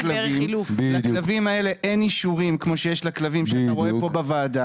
כלבים ולכלבים האלה אין אישורים כמו שיש לכלבים שאתה רואה פה בוועדה.